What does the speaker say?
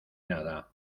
nada